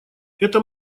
это